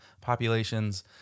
populations